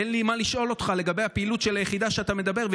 אין לי מה לשאול אותך לגבי הפעילות של היחידה שאתה מדבר עליה,